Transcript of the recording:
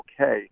okay